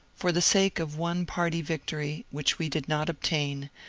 for the sake of one party victory, which we did not obtain,